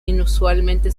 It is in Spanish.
inusualmente